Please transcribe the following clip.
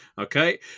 Okay